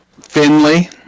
Finley